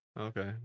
Okay